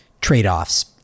trade-offs